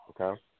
Okay